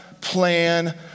plan